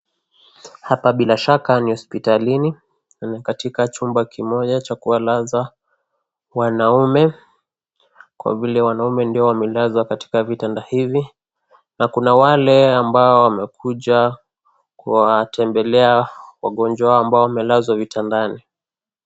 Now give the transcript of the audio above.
Hapa bila shaka ni hospitalini ,katika chuma kimoja cha kuwalaza wanaume ;kwani wanaume ndio wanaoonekana kuwa wamelazwa katika chumba hiki. Kuna wale pia waliokuja kuwa wembelea wagonjwa walio lazwa hospitalini.